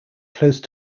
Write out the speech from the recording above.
close